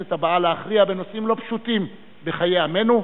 הכנסת הבאה, להכריע בנושאים לא פשוטים בחיי עמנו.